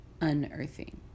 unearthing